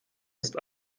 ist